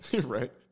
Right